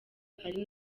ari